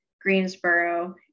Greensboro